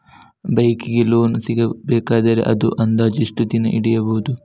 Bike ಗೆ loan ಸಿಗಬೇಕಾದರೆ ಒಂದು ಅಂದಾಜು ಎಷ್ಟು ದಿನ ಹಿಡಿಯಬಹುದು?